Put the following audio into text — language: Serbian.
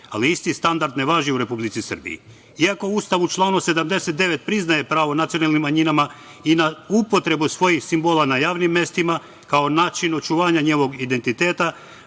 Ali isti standard ne važi u Republici Srbiji. Iako u Ustavu član 79. priznaje pravo nacionalnim manjinama i na upotrebu svojih simbola na javnim mestima, kao načinu čuvanja njihovog identiteta,